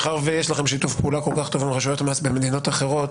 מאחר שיש לכם שיתוף פעולה כל כך טוב עם רשויות המס במדינות אחרות,